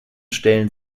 stellen